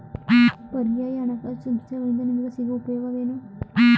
ಪರ್ಯಾಯ ಹಣಕಾಸು ಸಂಸ್ಥೆಗಳಿಂದ ನಮಗೆ ಸಿಗುವ ಉಪಯೋಗವೇನು?